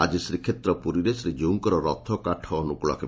ଆକି ଶ୍ରୀକ୍ଷେତ୍ର ପୁରୀରେ ଶ୍ରୀଜୀଉଙ୍କର ରଥକାଠ ଅନୁକୂଳ ହେବ